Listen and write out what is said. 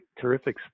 terrific